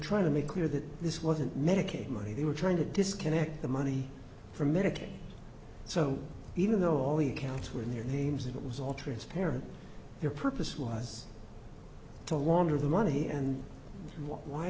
trying to make clear that this wasn't medicaid money they were trying to disconnect the money from medicaid so even though all the accounts were in their names it was all transparent their purpose was to warn her of the money and why